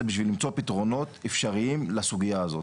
בשביל למצוא פתרונות אפשריים לסוגייה הזאת.